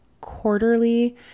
quarterly